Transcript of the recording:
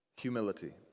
humility